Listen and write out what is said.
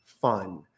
fun